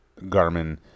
Garmin